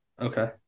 Okay